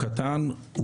אני קורא לאנשים להתמחות